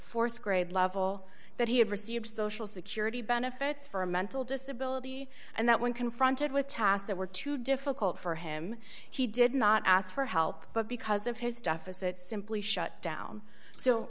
th grade level that he had received social security benefits for a mental disability and that when confronted with tasks that were too difficult for him he did not ask for help but because of his deficit simply shut down so